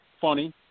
Funny